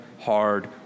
hard